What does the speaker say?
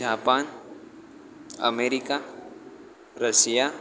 Japan America Russia